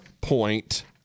point